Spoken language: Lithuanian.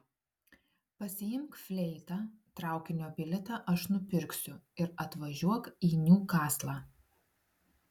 pasiimk fleitą traukinio bilietą aš nupirksiu ir atvažiuok į niukaslą